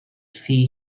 thŷ